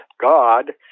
God